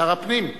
שר הפנים,